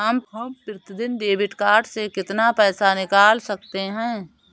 हम प्रतिदिन debit card से कितना पैसा निकाल सकते हैं?